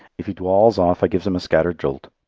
if he dwalls off, i gives him a scattered jolt.